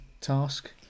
task